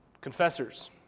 Confessors